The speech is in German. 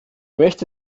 möchte